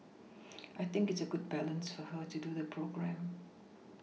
I think it's a good balance for her to do the programme